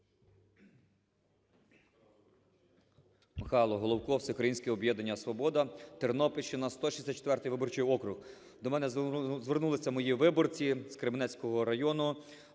Михайло Головко, Всеукраїнське об'єднання "Свобода", Тернопільщина, 164 виборчий округ. До мене звернулися мої виборці з Кременецького району,